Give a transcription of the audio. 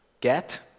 get